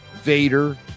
Vader